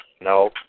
No